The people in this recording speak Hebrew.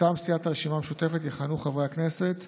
מטעם סיעת הרשימה המשותפת יכהנו חברי הכנסת